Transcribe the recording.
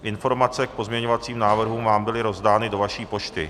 Informace k pozměňovacím návrhům vám byly rozdány do vaší pošty.